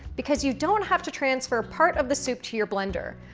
because you don't have to transfer part of the soup to your blender.